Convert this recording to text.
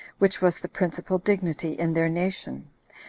which was the principal dignity in their nation,